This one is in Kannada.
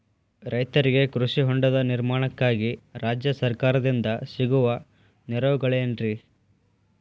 ರೈತರಿಗೆ ಕೃಷಿ ಹೊಂಡದ ನಿರ್ಮಾಣಕ್ಕಾಗಿ ರಾಜ್ಯ ಸರ್ಕಾರದಿಂದ ಸಿಗುವ ನೆರವುಗಳೇನ್ರಿ?